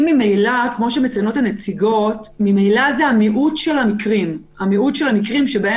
ממילא מדובר במיעוט של מקרים שבהם